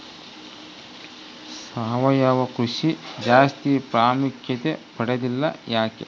ಸಾವಯವ ಕೃಷಿ ಜಾಸ್ತಿ ಪ್ರಾಮುಖ್ಯತೆ ಪಡೆದಿಲ್ಲ ಯಾಕೆ?